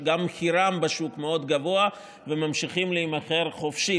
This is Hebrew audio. שגם מחירן בשוק מאוד גבוה והן ממשיכות להימכר חופשי,